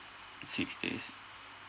six days